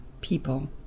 people